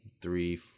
three